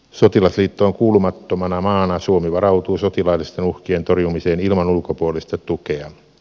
sotilasliittoon kuulumattomana maana suomi varautuu sotilaallisten uhkien torjumiseen ilman ulkopuolista tukea